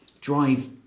drive